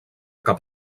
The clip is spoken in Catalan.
cap